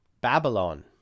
babylon